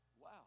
Wow